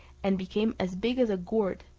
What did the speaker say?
and became as big as a gourd,